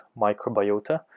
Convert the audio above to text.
microbiota